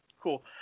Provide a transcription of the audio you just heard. Cool